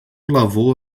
lavou